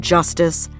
Justice